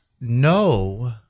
no